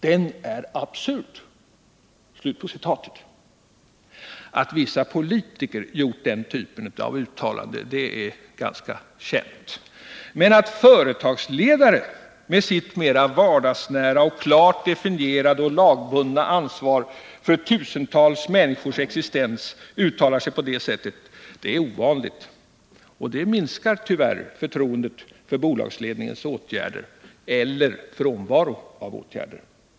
Den är absurd.” Det är väl ganska känt att vissa politiker gjort den typen av uttalanden. Men att företagsledare med sitt mera vardagsnära och klart differentierade och lagbundna ansvar för tusentals människors existens uttalar sig på det sättet är ovanligt, och det minskar tyvärr förtroendet för bolagsledningens åtgärder eller frånvaro av åtgärder.